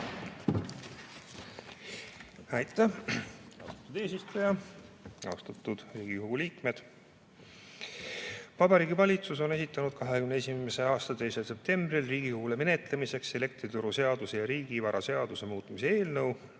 Aitäh, austatud eesistuja! Austatud Riigikogu liikmed! Vabariigi Valitsus on esitanud 2021. aasta 2. septembril Riigikogule menetlemiseks elektrituruseaduse ja riigivaraseaduse muutmise seaduse